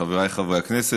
חבריי חברי הכנסת,